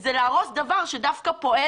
זה להרוס דבר שפועל,